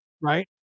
right